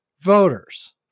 voters